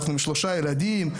אנחנו עם שלושה ילדים,